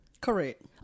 correct